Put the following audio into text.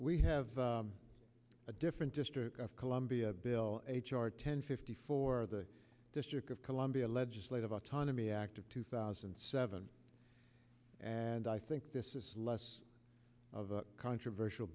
we have a different district of columbia bill h r ten fifty for the district of columbia legislative autonomy act of two thousand and seven and i think this is less of a controversial